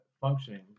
functioning